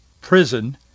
prison